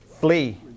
flee